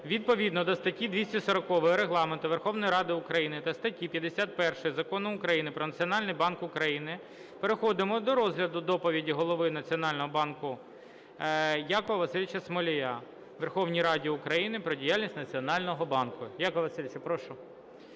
відповідно до статті 240 Регламенту Верховної Ради України та статті 51 Закону України "Про Національний банк України" переходимо до розгляду доповіді Голови Національного банку Якова Васильовича Смолія у Верховній Раді України про діяльність Національного банку. Яків Васильович, прошу.